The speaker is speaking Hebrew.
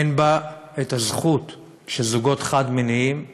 אין בה הזכות של זוגות חד-מיניים